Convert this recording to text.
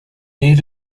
need